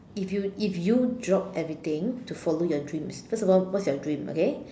if you if you drop everything to follow your dreams first of all what is your dream okay